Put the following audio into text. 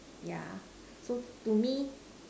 yeah so to me